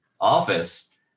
office